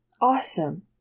Awesome